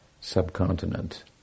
subcontinent